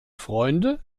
freunde